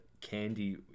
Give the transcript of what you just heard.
candy